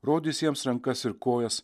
rodys jiems rankas ir kojas